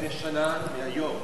לא היה ולא נברא.